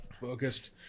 focused